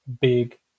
big